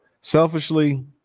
Selfishly